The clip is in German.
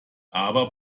aber